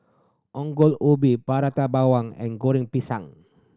Ongol Ubi Prata Bawang and Goreng Pisang